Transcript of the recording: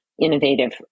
innovative